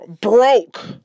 broke